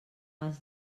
els